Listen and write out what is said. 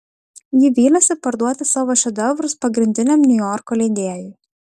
ji vylėsi parduoti savo šedevrus pagrindiniam niujorko leidėjui